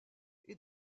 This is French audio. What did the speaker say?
est